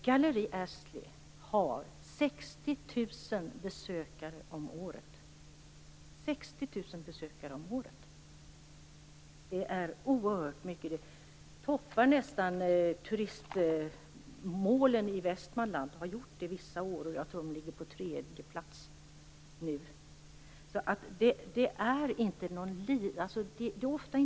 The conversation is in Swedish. Galleri Astley har 60 000 besökare om året, och det är oerhört mycket. De har toppat bland turistmålen i Västmanland vissa år, och jag tror att de ligger på tredje plats nu.